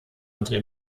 unter